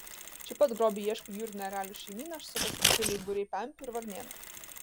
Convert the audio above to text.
čia pat grobio ieško jūrinių erelių šeimyna sukasi didžiuliai būriai pempių ir varnėnų